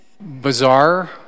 Bizarre